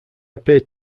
appeared